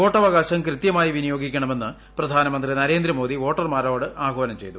വോട്ടവകാശം കൃത്യമായി വിനിയോഗിക്കണമെന്ന് പ്രധാനമന്ത്രി നരേന്ദ്രമോദി വോട്ടർമാരോട് ആഹ്വാനം ചെയ്തു